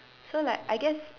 so like I guess